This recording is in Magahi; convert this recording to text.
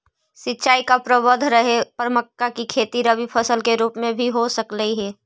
सिंचाई का प्रबंध रहे पर मक्का की खेती रबी फसल के रूप में भी हो सकलई हे